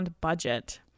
budget